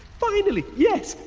finally! yes!